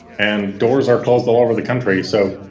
and doors are closed all over the country. so,